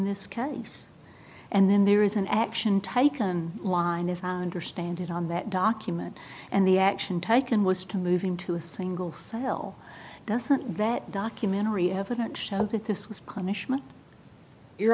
this case and then there is an action taken line is our understanding on that document and the action taken was to move into a single cell doesn't that documentary evidence show that this was punishment your